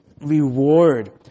reward